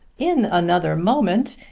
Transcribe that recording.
in another moment,